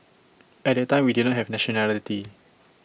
at that time we didn't have nationality